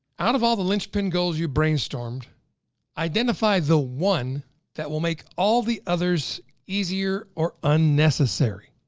out of all the linchpin goals you brainstormed identify the one that will make all the others easier or unnecessary.